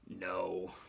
no